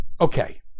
Okay